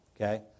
okay